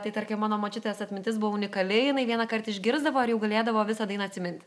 tai tarkim mano močiutės atmintis buvo unikaliai jinai vienąkart išgirsdavo ir jau galėdavo visą dainą atsimint